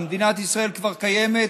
ומדינת ישראל כבר קיימת,